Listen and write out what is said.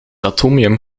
atomium